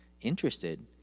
interested